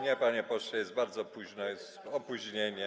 Nie, panie pośle, jest bardzo późno, jest opóźnienie.